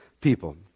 people